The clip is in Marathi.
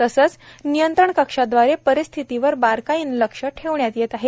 तसेच नियंत्रण कक्षाद्वारे परिस्थितीवर बारकाईने लक्ष ठेवण्यात येत आहे